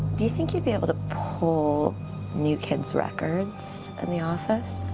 do you think you'd be able to pull new kid's records in the office?